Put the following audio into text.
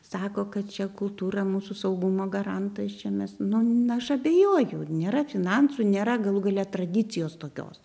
sako kad čia kultūra mūsų saugumo garantas čia mes nu na aš abejojau nėra finansų nėra galų gale tradicijos tokios